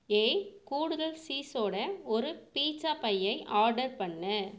ஏய் கூடுதல் சீஸோட ஒரு பீட்சா பையை ஆர்டர் பண்ணு